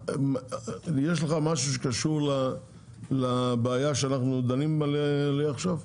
יש לך משהו שקשור לבעיה שאנחנו דנים בה עכשיו?